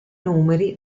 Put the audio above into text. numeri